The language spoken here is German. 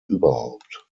überhaupt